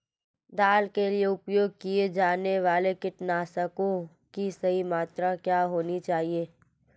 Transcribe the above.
दाल के लिए उपयोग किए जाने वाले कीटनाशकों की सही मात्रा क्या होनी चाहिए?